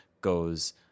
goes